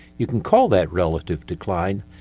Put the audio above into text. you can call that relative decline,